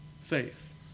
faith